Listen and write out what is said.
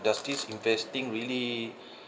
does this investing really